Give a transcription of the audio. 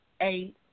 eight